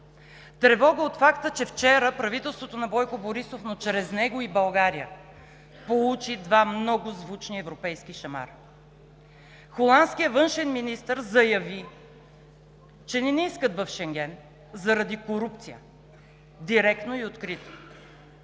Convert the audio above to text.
Тревога от факта, че вчера правителството на Бойко Борисов, но чрез него и България, получи два много звучни европейски шамара. Холандският външен министър заяви, че не ни искат в Шенген заради корупция – директно и открито.